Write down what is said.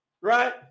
right